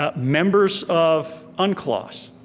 ah members of unclos.